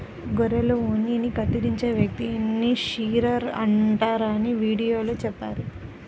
గొర్రెల ఉన్నిని కత్తిరించే వ్యక్తిని షీరర్ అంటారని వీడియోలో చెప్పారు